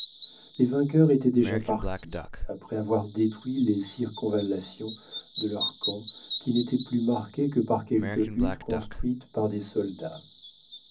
les vainqueurs étaient déjà partis après avoir détruit les circonvallation de leur camp qui n'était plus marqué que par quelques huttes construites par des soldats